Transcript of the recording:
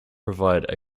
provide